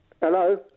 Hello